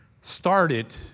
started